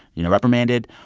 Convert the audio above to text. you know, reprimanded.